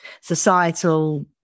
societal